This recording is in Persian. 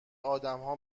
آدمها